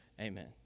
amen